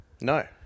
No